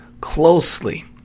closely